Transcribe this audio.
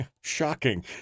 Shocking